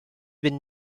been